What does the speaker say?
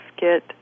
get